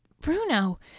Bruno